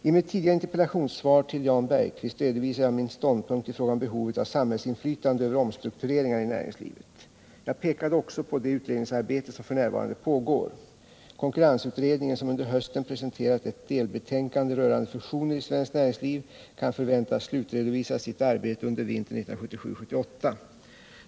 I mitt tidigare interpellationssvar till Jan Bergqvist redovisade jag min ståndpunkt i frågan om behovet av samhällsinflytande över omstruk 55 tureringar i näringslivet. Jag pekade också på det utredningsarbete som f.n. pågår. Konkurrensutredningen, som under hösten presenterat ett delbetänkande rörande fusioner i svenskt näringsliv, kan förväntas slutredovisa sitt arbete under vintern 1977/78.